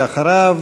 ואחריו,